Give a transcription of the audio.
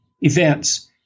events